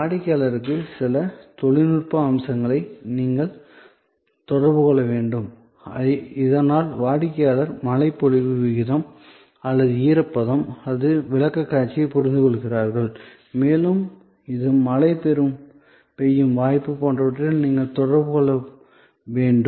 வாடிக்கையாளருக்கு சில தொழில்நுட்ப அம்சங்களை நீங்கள் தொடர்பு கொள்ள வேண்டும் இதனால் வாடிக்கையாளர் மழைப்பொழிவு விகிதம் அல்லது ஈரப்பதம் போன்ற விளக்கக்காட்சியைப் புரிந்துகொள்கிறார் மேலும் இது மழை பெய்யும் வாய்ப்பு போன்றவற்றுடன் நீங்கள் தொடர்பு கொள்ள வேண்டும்